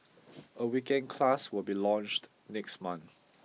a weekend class will be launched next month